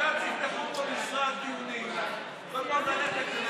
פה משרד דיונים במקום ללכת, זה